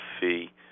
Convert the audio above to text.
fee